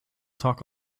talk